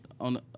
on